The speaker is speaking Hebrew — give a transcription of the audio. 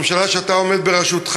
הממשלה שאתה עומד בראשה